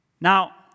Now